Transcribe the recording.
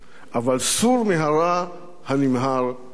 אבל סור מן הרע הנמהר הזה.